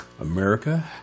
America